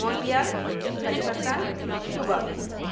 Montreal Kazakhstan Cuba